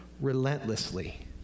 relentlessly